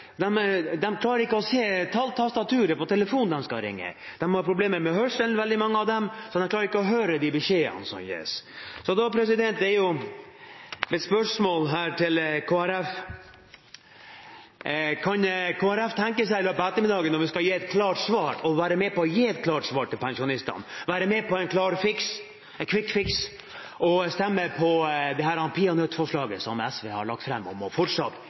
klarer å se talltastaturet på telefonen de skal ringe med. De har problemer med hørselen, veldig mange av dem, så de klarer ikke å høre beskjedene som gis. Så da er mitt spørsmål her til Kristelig Folkeparti: Kan Kristelig Folkeparti tenke seg, i løpet av ettermiddagen når vi skal gi et klart svar, å være med på å gi et klart svar til pensjonistene, være med på en «quick fix» og stemme på dette peanøttforslaget SV har lagt fram om fortsatt å